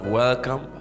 welcome